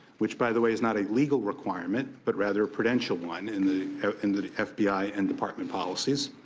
which by the way is not a legal requirement but rather a prudential one in the in the f b i. and department policies,